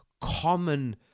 Common